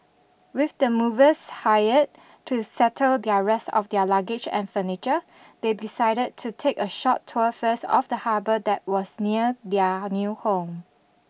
with the movers hired to settle their rest of their luggage and furniture they decided to take a short tour first of the harbour that was near their new home